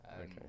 Okay